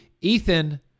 Ethan